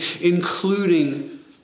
including